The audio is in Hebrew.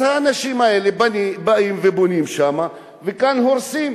אז האנשים האלה באים ובונים שם, וכאן הורסים.